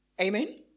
Amen